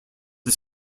his